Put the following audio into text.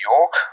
York